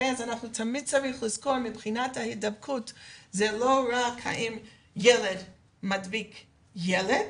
אז תמיד צריך לזכור שמבחינת ההידבקות זה לא רק האם ילד מדביק ילד,